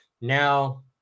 Now